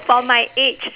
for my age